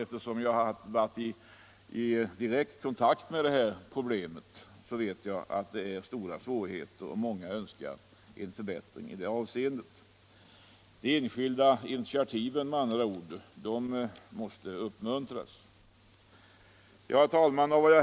Eftersom jag har varit i direkt kontakt 17 mars 1976 med dessa problem, vet jag att svårigheterna är stora och att många önskar en förbättring. Det enskilda initiativet måste med andra ord upp = Sveriges exportråd, muntras.